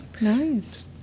Nice